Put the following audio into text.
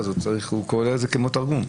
זה כמו תרגום.